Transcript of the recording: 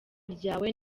ryawe